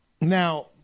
Now